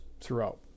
throughout